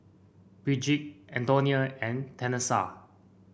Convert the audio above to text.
Brigid Antonia and Tanesha